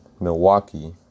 Milwaukee